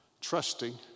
trusting